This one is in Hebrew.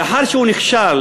לאחר שהוא נכשל,